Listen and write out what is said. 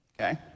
okay